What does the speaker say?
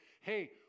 Hey